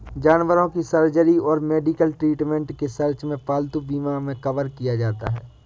जानवरों की सर्जरी और मेडिकल ट्रीटमेंट के सर्च में पालतू बीमा मे कवर किया जाता है